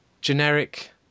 generic